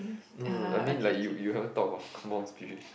no no I mean like you you haven't talked about kampung Spirit